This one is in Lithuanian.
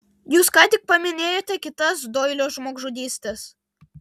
jūs ką tik paminėjote kitas doilio žmogžudystes